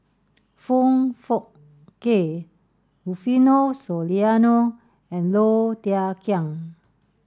Foong Fook Kay Rufino Soliano and Low Thia Khiang